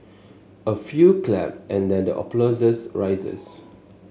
a few clap and then the applause rises